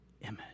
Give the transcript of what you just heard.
image